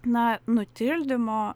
na nutildymo